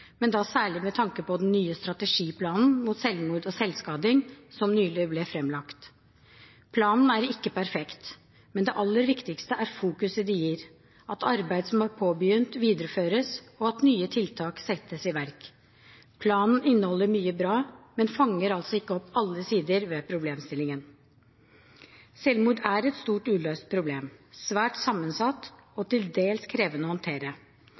men da særlig med tanke på den nye strategiplanen mot selvmord og selvskading, som nylig ble framlagt. Planen er ikke perfekt, men det aller viktigste er fokuset den gir, at arbeid som er påbegynt, videreføres, og at nye tiltak settes i verk. Planen inneholder mye bra, men fanger altså ikke opp alle sider ved problemstillingen. Selvmord er et stort uløst problem, svært sammensatt og til dels krevende å håndtere.